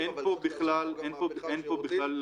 אבל צריך לעשות גם מהפכה שירותית,